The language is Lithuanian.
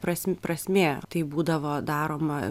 prasm prasmė tai būdavo daroma